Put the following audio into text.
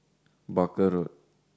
Barker Road